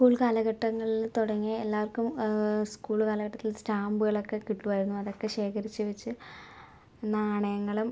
school കാലഘട്ടങ്ങളിൽ തുടങ്ങിയ എല്ലാവർക്കും സ്കൂൾ കാലഘട്ടത്തില് സ്റ്റാമ്പുകളൊക്കെ കിട്ടുവായിരുന്നു അതൊക്കെ ശേഖരിച്ച് വച്ച് നാണയങ്ങളും